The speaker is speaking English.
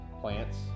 plants